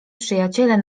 przyjaciele